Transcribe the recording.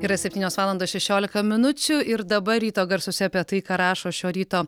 yra septynios valandos šešiolika minučių ir dabar ryto garsuose apie tai ką rašo šio ryto